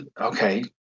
okay